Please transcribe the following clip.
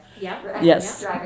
Yes